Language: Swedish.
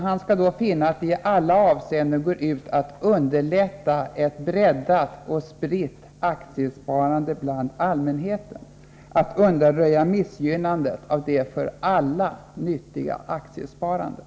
Han skall då finna att det i alla avseenden går ut på att underlätta ett breddat och spritt aktiesparande bland allmänheten, att undanröja missgynnandet av det för alla medborgare nyttiga aktiesparandet.